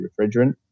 refrigerant